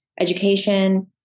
education